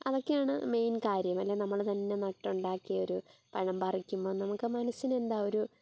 അതൊക്കെയാണ് മെയിൻ കാര്യം അല്ലേ നമ്മൾ നട്ടുണ്ടാക്കിയൊരു പഴം പറിക്കുമ്പം നമ്മുടെ മനസ്സിനെന്താണ് ഒരു